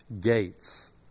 gates